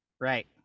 Right